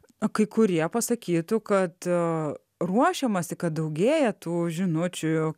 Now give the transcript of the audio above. o kai kurie pasakytų kad ruošiamasi kad daugėja tų žinučių